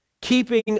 Keeping